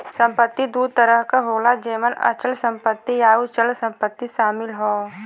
संपत्ति दू तरह क होला जेमन अचल संपत्ति आउर चल संपत्ति शामिल हौ